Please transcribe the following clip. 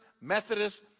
Methodist